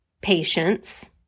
patience